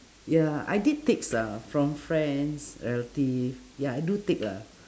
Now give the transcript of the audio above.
ya I did takes lah from friends relatives ya I do take lah